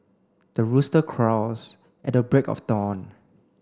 the rooster crows at the break of dawn